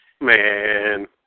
Man